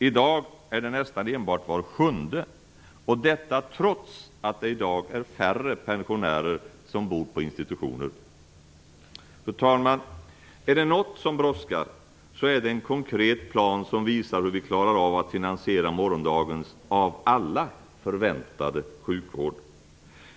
I dag är det nästan enbart var sjunde, och detta trots att det i dag är färre pensionärer som bor på institutioner. Fru talman! Är det något som brådskar så är det en konkret plan som visar hur vi klarar av att finansiera morgondagens av alla förväntade sjukvård.